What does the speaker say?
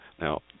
Now